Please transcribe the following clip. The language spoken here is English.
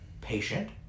patient